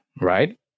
right